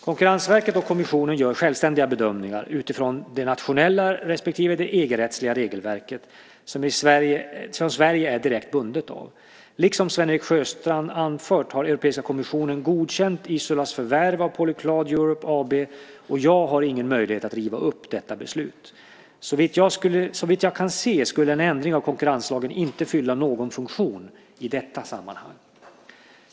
Konkurrensverket och kommissionen gör självständiga bedömningar utifrån det nationella respektive det EG-rättsliga regelverket, som Sverige är direkt bundet av. Liksom Sven-Erik Sjöstrand anfört har Europeiska kommissionen godkänt Isolas förvärv av Polyclad Europe AB, och jag har ingen möjlighet att riva upp detta beslut. Såvitt jag kan se skulle en ändring av konkurrenslagen inte fylla någon funktion i detta sammanhang.